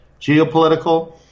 geopolitical